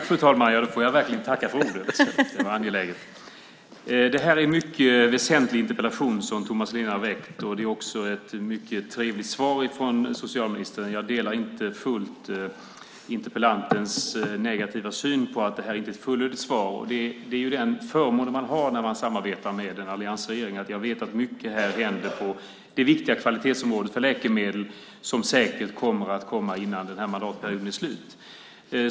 Fru talman! Det är en mycket väsentlig interpellation som Thomas Nihlén har ställt. Det är också ett mycket trevligt svar från socialministern. Jag delar inte fullt interpellantens negativa syn på att det inte är ett fullödigt svar. Det är den förmånen man har när man samarbetar med en alliansregering; jag vet att det händer mycket på det viktiga kvalitetsområdet för läkemedel som säkert kommer att komma innan mandatperioden är slut.